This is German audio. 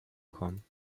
kommen